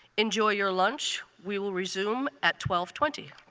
enjoy your lunch. we will resume at twelve twenty.